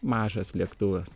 mažas lėktuvas